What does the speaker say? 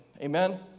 Amen